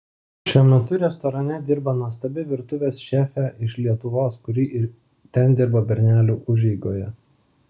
šiuo metu restorane dirba nuostabi virtuvės šefė iš lietuvos kuri ir ten dirbo bernelių užeigoje